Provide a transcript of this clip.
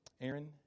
Aaron